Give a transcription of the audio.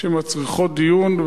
שמצריכות דיון,